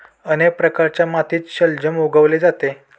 अनेक प्रकारच्या मातीत शलजम उगवले जाते